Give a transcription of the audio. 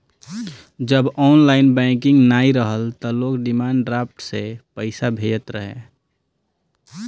जब online banking नाइ रहल तअ लोग डिमांड ड्राफ्ट से पईसा भेजत रहे